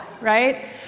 right